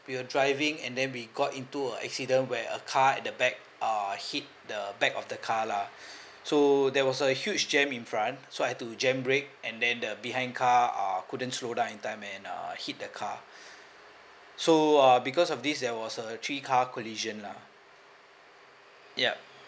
we were driving and then we got into a accident where a car at the back uh hit the back of the car lah so there was a huge jam in front so I had to jam brake and then the behind car uh couldn't slow down in time and uh hit the car so uh because of this there was a three car collision lah ya